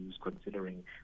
considering